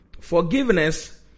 forgiveness